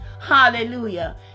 Hallelujah